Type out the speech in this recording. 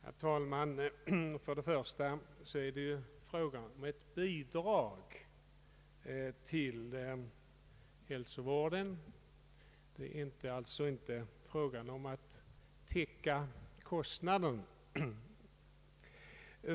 Herr talman! För det första är det ju fråga om ett bidrag till hälsovården och alltså inte fråga om att täcka kostnaderna.